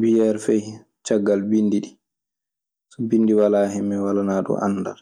biyeer fey caggal binɗi ɗii. So binndi walaa hen mi walanaa ɗun anndal.